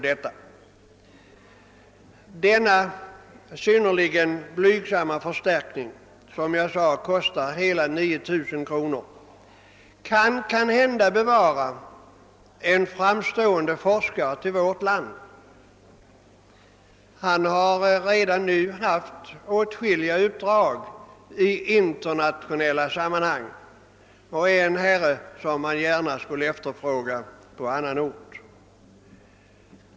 Denna synnerligen blygsamma förstärkning — som jag sade kostar det bara 9 000 kronor — kan måhända bevara en framstående forskare åt vårt land. Han har redan haft åtskilliga uppdrag i internationella sammanhang och han är en herre som man gärna skulle efterfråga även på annan ort.